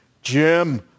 Jim